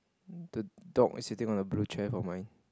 the dog is sitting on a blue chair for mine